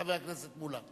חבר הכנסת מולה.